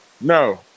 No